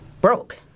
broke